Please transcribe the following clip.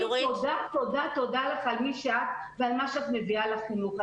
תודה לך על מי שאת ועל מה שאת מביאה לחינוך.